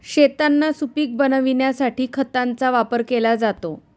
शेतांना सुपीक बनविण्यासाठी खतांचा वापर केला जातो